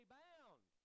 bound